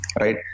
right